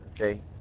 Okay